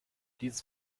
dieses